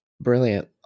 Brilliant